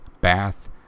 Bath